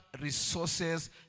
resources